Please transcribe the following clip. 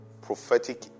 prophetic